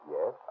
Yes